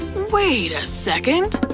wait a second,